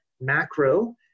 macro